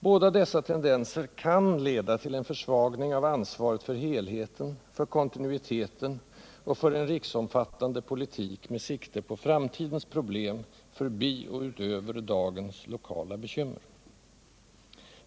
Båda dessa tendenser kan leda till en försvagning av ansvaret för helheten, för kontinuiteten och för en riksomfattande politik med sikte på framtidens problem förbi och utöver dagens lokala bekymmer.